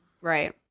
Right